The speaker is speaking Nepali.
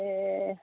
ए